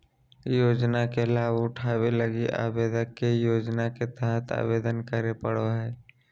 योजना के लाभ उठावे लगी आवेदक के योजना के तहत आवेदन करे पड़ो हइ